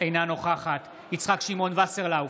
אינה נוכחת יצחק שמעון וסרלאוף,